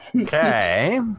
Okay